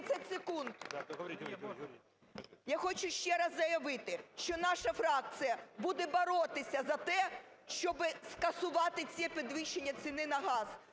Я хочу ще раз заявити, що наша фракція буде боротися за те, щоби скасувати це підвищення ціни на газ.